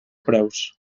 preus